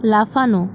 লাফানো